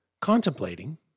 contemplating